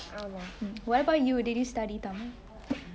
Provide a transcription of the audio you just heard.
I don't know